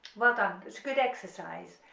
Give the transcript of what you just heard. well done it's good exercise.